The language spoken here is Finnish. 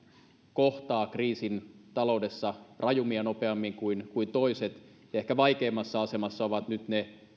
kohtaa kriisin taloudessa rajummin ja nopeammin kuin kuin toiset ja ehkä vaikeimmassa asemassa ovat nyt ne